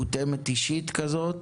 מותאמת אישית כזאת.